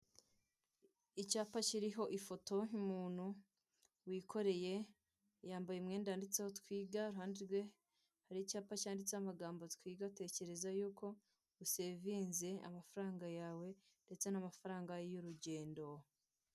Icyapa kiriho ifoto y'umuntu wikoreye yambaye umwenda wanditseho twiga, iruhande rwe hariho icyapa cyanditseho amagambo twiga tekereza yuko usevinze amafaranga yawe ndetse n'amafaranga y'urugendo.